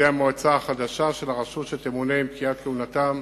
על-ידי המועצה החדשה של הרשות שתמונה עם פקיעת כהונתם